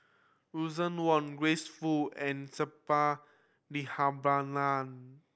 Russel Wong Grace Fu and Suppiah Dhanabalan